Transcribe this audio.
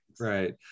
Right